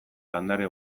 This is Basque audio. landare